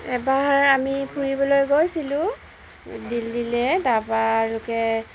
এবাৰ আমি ফুৰিবলৈ গৈছিলোঁ দিল্লীলৈ তাৰপৰা